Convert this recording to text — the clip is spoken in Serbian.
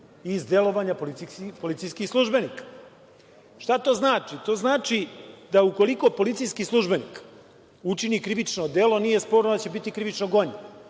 iz delovanja policijskih službenika. Šta to znači? Znači da, ukoliko policijski službenik učini krivično delo, nije sporno da će biti krivično gonjen